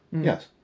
Yes